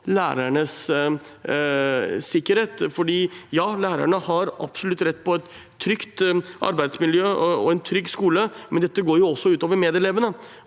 lærernes sikkerhet. Ja, lærerne har absolutt rett til et trygt arbeidsmiljø og en trygg skole, men dette går også ut over medelevene,